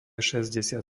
šesťdesiat